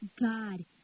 God